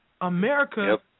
America